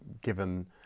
given